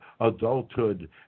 adulthood